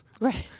Right